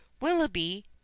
willoughby